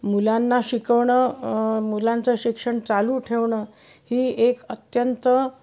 मुलांना शिकवणं मुलांचं शिक्षण चालू ठेवणं ही एक अत्यंत